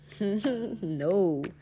No